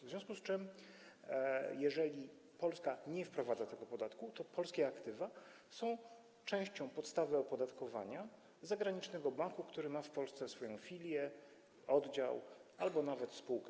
W związku z tym jeżeli Polska nie wprowadza tego podatku, to polskie aktywa są częścią podstawy opodatkowania zagranicznego banku, który ma w Polsce swoją filię, oddział albo czasami nawet spółkę.